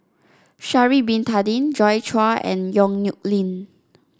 Sha'ari Bin Tadin Joi Chua and Yong Nyuk Lin